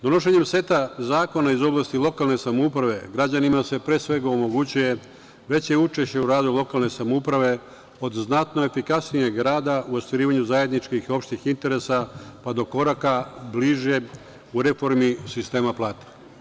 Donošenjem seta zakona iz oblasti lokalne samouprave građanima se pre svega omogućuje veće učešće u radu lokalne samouprave od znatno efikasnijeg rada u ostvarivanju zajedničkih i opštih interesa pa do koraka bliže u reformi sistema plata.